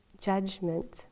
judgment